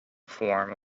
form